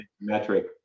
metric